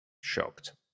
Shocked